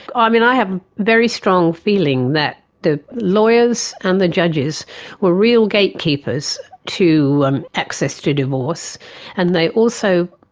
ah i mean, i have a very strong feeling that the lawyers and the judges were real gatekeepers to access to divorce and they also,